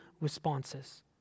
responses